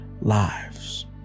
lives